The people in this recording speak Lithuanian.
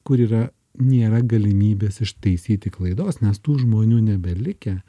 kur yra nėra galimybės ištaisyti klaidos nes tų žmonių nebelikę